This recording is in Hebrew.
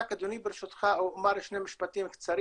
רק, אדוני, ברשותך אומר שני משפטים קצרים.